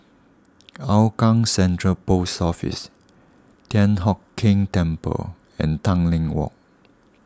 Hougang Central Post Office Thian Hock Keng Temple and Tanglin Walk